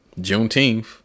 Juneteenth